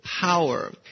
power